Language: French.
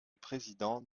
président